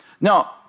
Now